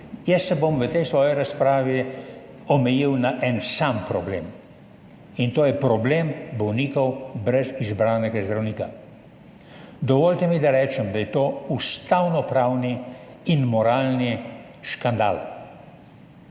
storiti. V tej svoji razpravi se bom omejil na en sam problem, in to je problem bolnikov brez izbranega zdravnika. Dovolite mi, da rečem, da je to ustavnopravni in moralni škandal,